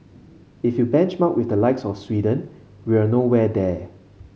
if you benchmark with the likes of Sweden we're nowhere there